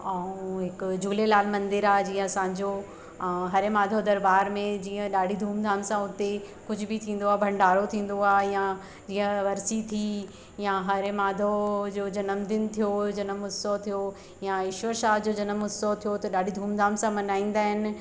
ऐं हिक झूलेलाल मंदिर आहे जीअं असांजो आं हरे माधव दरबार में जीअं ॾाढी धूमधाम सां हुते कुझ बि थींदो आहे भंडारो थींदो आहे या य वर्सी थी या हरे माधव वर्सी थी या हरे माधव जो जनम दिन थियो जन्म उत्सव थियो या ईश्वर शाह जो जनम उत्सव थियो त ॾाढी धूमधाम सां मल्हाईंदा आहिनि